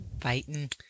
Fighting